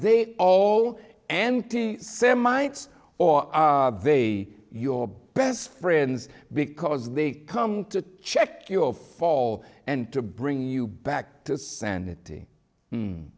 they all anti semites or they are your best friends because they come to check your fall and to bring you back to sanity